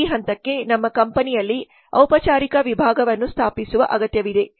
ಈ ಹಂತಕ್ಕೆ ನಮ್ಮ ಕಂಪನಿಯಲ್ಲಿ ಔಪಚಾರಿಕ ವಿಭಾಗವನ್ನು ಸ್ಥಾಪಿಸುವ ಅಗತ್ಯವಿದೆ